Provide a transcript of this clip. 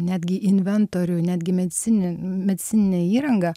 netgi inventorių netgi medicininę medicininę įrangą